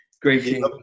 Great